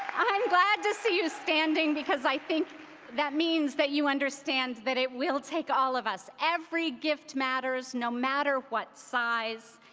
i'm glad to see you standing, because i think that means that you understand that it will take all of us. every gift matters, no matter what size,